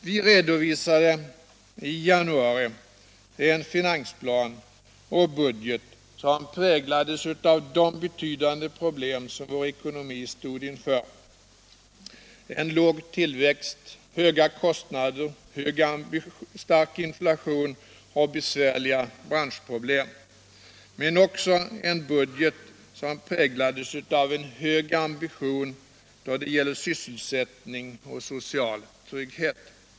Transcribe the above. Vi redovisade i januari en finansplan och budget som präglades av de betydande problem som vår ekonomi stod inför: låg tillväxt, höga kostnader, stark inflation och besvärliga branschproblem. Men budgeten präglades också av en hög ambition då det gäller sysselsättning och social trygghet.